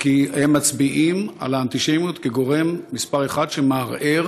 כי הם מצביעים על האנטישמיות כגורם מספר אחת שמערער